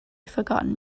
forgotten